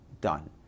done